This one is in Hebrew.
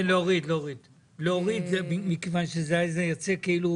להוריד, מכיוון שזה יוצא כאילו